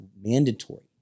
mandatory